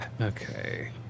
Okay